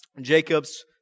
Jacob's